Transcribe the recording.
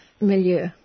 milieu